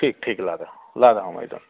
ठीक ठीक ला रहा हूँ ला रहा हूँ मइडम